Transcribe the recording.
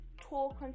talk